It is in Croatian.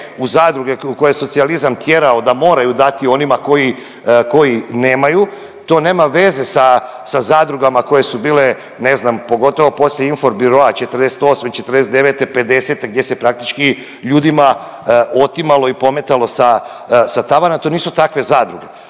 u zadruge u koje je socijalizam tjerao da moraju dati onima koji, koji nemaju to nema veze sa zadrugama koje su bile ne znam pogotovo poslije Infobiroa '48., '49, '50. gdje se praktički ljudima otimalo i pometalo sa tavana, to nisu takve zadruge.